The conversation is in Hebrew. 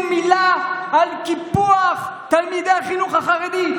מילה על קיפוח תלמידי החינוך החרדי.